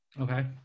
Okay